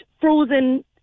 frozen